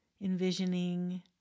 envisioning